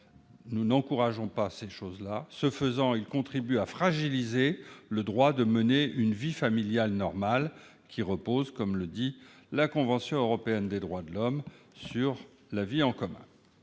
qui n'est pas souhaitable. De ce fait, il contribue à fragiliser le droit de mener une vie familiale normale, qui repose, comme le stipule la Convention européenne des droits de l'homme, sur la vie en commun.